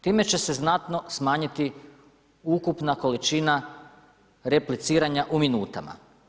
Time će se znatno smanjiti ukupna količina repliciranja u minutama.